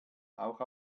auch